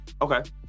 okay